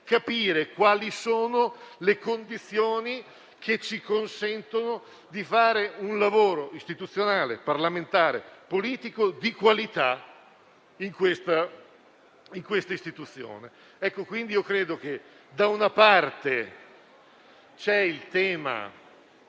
capire quali sono le condizioni che ci consentono di fare un lavoro istituzionale, parlamentare e politico di qualità in questa Istituzione. Da una parte c'è il tema